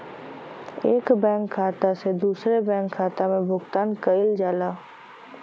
एक बैंक खाता से दूसरे बैंक खाता में भुगतान कइल जाला